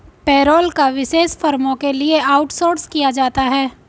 payroll को विशेष फर्मों के लिए आउटसोर्स किया जाता है